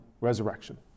resurrection